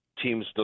teams